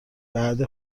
بعد